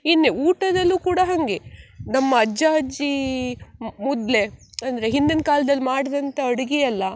ಇನ್ನು ಊಟದಲ್ಲೂ ಕೂಡ ಹಾಗೇ ನಮ್ಮ ಅಜ್ಜ ಅಜ್ಜಿ ಮೊದ್ಲೇ ಅಂದರೆ ಹಿಂದಿನ ಕಾಲ್ದಲ್ಲಿ ಮಾಡಿದಂಥ ಅಡುಗೆ ಎಲ್ಲ